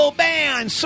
band